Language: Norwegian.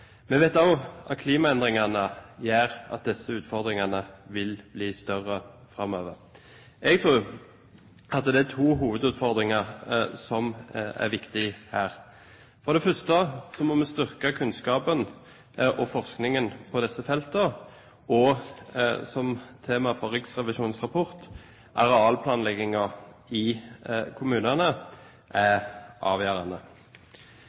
Vi vet også at klimaendringene gjør at disse utfordringene vil bli større framover. Jeg tror at det er to hovedutfordringer som er viktige her. For det første må vi styrke kunnskapen og forskningen på disse feltene, og som Riksrevisjonens rapport sier, er arealplanlegging i kommunene avgjørende.